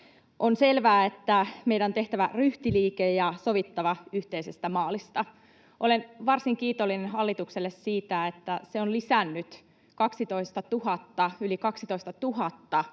On selvää, että meidän on tehtävä ryhtiliike ja sovittava yhteisestä maalista. Olen varsin kiitollinen hallitukselle siitä, että se on lisännyt yli 12 000